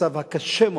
דקה?